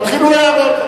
תתחילו הערות,